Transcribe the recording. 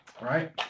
right